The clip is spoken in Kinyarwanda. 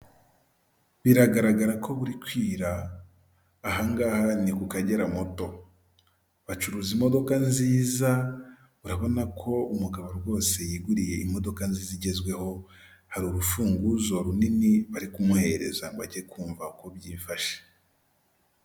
Biragaragara ko buri kwira, aha ngaha ni ku Kagera moto, bacuruza imodoka nziza urabona ko umugabo rwose yiguriye imodoka nziza igezweho, hari urufunguzo runini bari kumuhereza ngo ajye kumva uko byifashe.